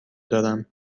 دارم